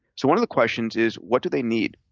so one of the questions is, what do they need?